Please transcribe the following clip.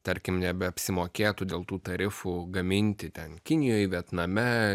tarkim nebeapsimokėtų dėl tų tarifų gaminti ten kinijoj vietname